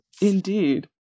Indeed